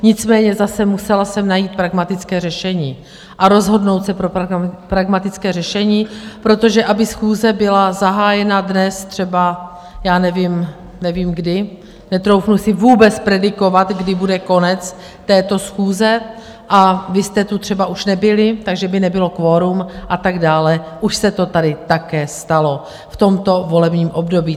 Nicméně zase musela jsem najít pragmatické řešení a rozhodnout se pro pragmatické řešení, protože aby schůze byla zahájena dnes třeba, já nevím, nevím kdy, netroufnu si vůbec predikovat, kdy bude konec této schůze, a vy jste tu třeba už nebyli, takže by nebylo kvorum a tak dále, už se to tady také stalo, v tomto volebním období.